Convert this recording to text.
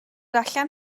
allan